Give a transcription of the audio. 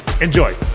Enjoy